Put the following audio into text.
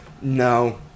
no